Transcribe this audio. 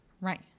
Right